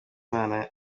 inama